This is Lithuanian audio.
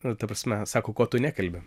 nu ta prasme sako ko tu nekalbi